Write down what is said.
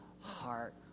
heart